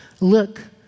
look